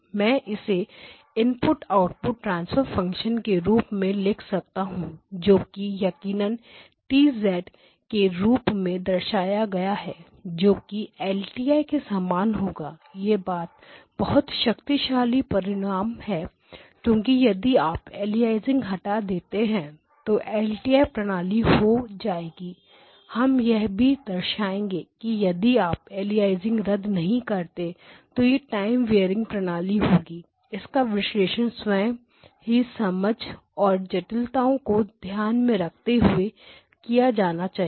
मैं इससे input output transfer function के रूप में लिख सकता हूं जोकि यकीनन T के रूप में दर्शाया गया है जो कि एलटीआई के समान होगा यह बहुत शक्तिशाली परिणाम है क्योंकि यदि आप अलियासिंग हटा देते हैं तो यह एलटीआई प्रणाली हो जाएगी हम यह भी दर्शाएगे कि यदि आप अलियासिंग रद्द नहीं करते तो यह टाइम वेयरिंग प्रणाली होगी इसका विश्लेषण स्वयं की समझ और जटिलताओं को ध्यान में रखते हुए किया जाना चाहिए